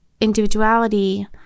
individuality